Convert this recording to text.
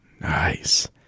Nice